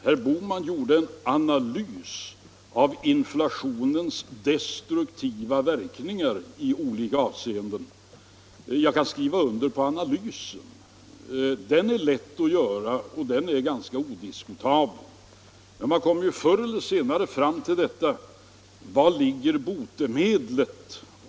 Herr Bohman gjorde en analys av inflationens destruktiva verkningar i olika avseenden, och jag kan skriva under den analysen. Den är lätt att göra, och den är ganska odiskutabel. Men förr eller senare kommer man ju ändå fram till frågan: Var ligger botemedlen?